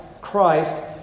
Christ